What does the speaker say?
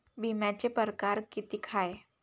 बिम्याचे परकार कितीक हाय?